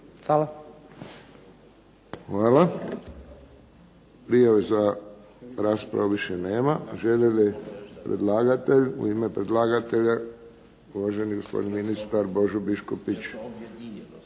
(HSS)** Hvala. Prijava za raspravu više nema. Želi li predlagatelj? U ime predlagatelja uvaženi gospodin ministar Božo Biškupić.